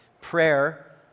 prayer